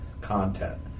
content